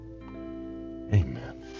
Amen